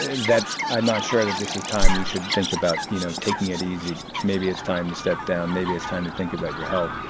that, i'm not sure that this is time. you should think about, you know, taking it easy. maybe it's time to step down. maybe it's time to think about your health.